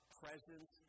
presence